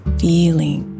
feeling